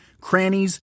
crannies